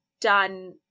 done